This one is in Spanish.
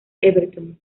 everton